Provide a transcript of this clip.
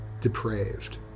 depraved